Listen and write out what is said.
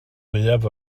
fwyaf